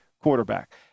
quarterback